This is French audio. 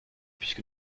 puisque